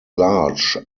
large